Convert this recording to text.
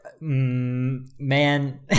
man